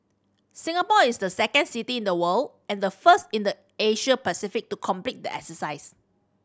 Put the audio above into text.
Singapore is the second city in the world and the first in the Asia Pacific to complete the exercise